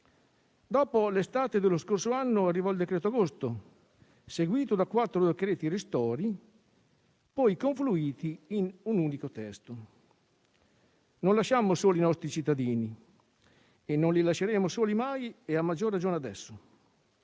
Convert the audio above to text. Dopo l'estate dello scorso anno arrivò il decreto agosto, seguito da quattro decreti ristori, poi confluiti in un unico testo. Non lasciammo soli i nostri cittadini e non li lasceremo soli mai, a maggior ragione adesso.